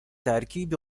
ترکیبی